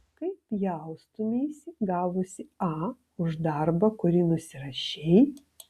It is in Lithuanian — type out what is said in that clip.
kaip jaustumeisi gavusi a už darbą kurį nusirašei